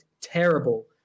terrible